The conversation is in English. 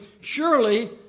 surely